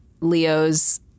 Leos